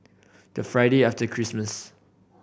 the Friday after Christmas